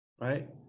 right